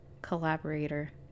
collaborator